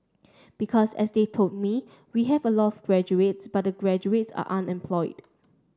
because as they told me we have a lot of graduates but the graduates are unemployed